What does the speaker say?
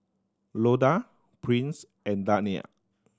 Loda Prince and Dania